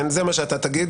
כן, זה מה שאתה תגיד.